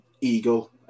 Eagle